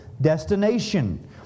destination